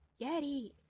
Yeti